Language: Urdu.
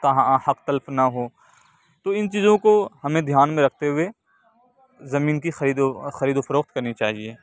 کا حق تلف نہ ہو تو ان چیزوں کو ہمیں دھیان میں رکھتے ہوئے زمین کی خرید و خرد و فروخت کرنی چاہیے